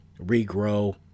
regrow